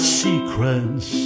secrets